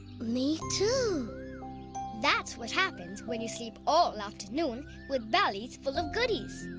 me too that's what happens when you sleep all afternoon with bellies full of goodies.